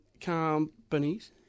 companies